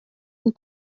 and